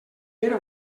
era